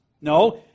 No